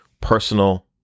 Personal